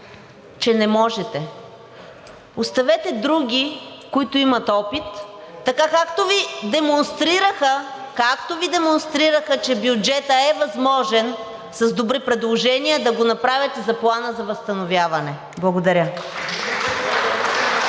че не можете. Оставете други, които имат опит, така както Ви демонстрираха – както Ви демонстрираха, че бюджетът е възможен с добри предложения, да го направят и за Плана за възстановяване. Благодаря.